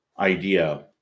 idea